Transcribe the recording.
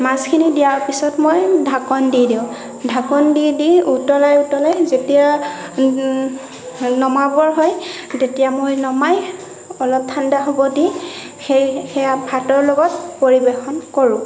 মাছখিনি দিয়াৰ পিছত মই ঢাকন দি দিওঁ ঢাকন দি দি উতলাই উতলাই যেতিয়া নমাবৰ হয় তেতিয়া মই নমাই অলপ ঠাণ্ডা হ'ব দি সেই সেয়া ভাতৰ লগত পৰিবেশন কৰোঁ